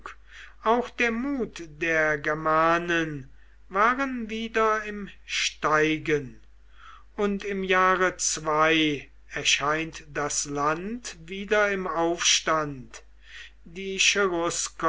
auch der mut der germanen waren wieder im steigen und im jahre erscheint das land wieder im aufstand die